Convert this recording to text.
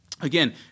Again